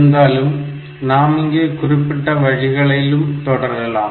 இருந்தாலும் நாம் இங்கே குறிப்பிட்டுள்ள வழிகளிலும் தொடரலாம்